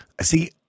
See